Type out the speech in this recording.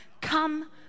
come